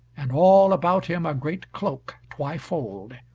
and all about him a great cloak twy-fold,